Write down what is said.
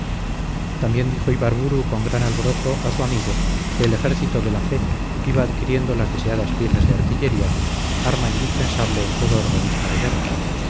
también dijo ibarburu con gran alborozo a su amigo que el ejército de la fe iba adquiriendo las deseadas piezas de artillería arma indispensable en todo organismo de guerra